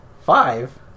Five